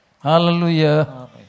Hallelujah